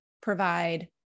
provide